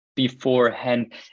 beforehand